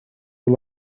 you